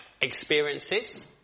experiences